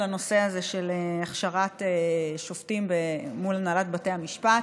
הנושא הזה של הכשרת שופטים מול הנהלת בתי המשפט.